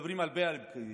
ומדברים הרבה על פקידים,